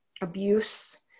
abuse